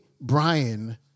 Brian